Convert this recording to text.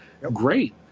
Great